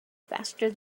faster